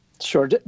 Sure